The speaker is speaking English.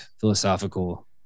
philosophical